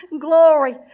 glory